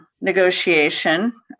negotiation